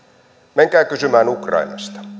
menkää kysymään ukrainasta